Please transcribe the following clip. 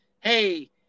Hey